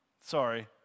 Sorry